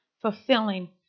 fulfilling